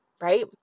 right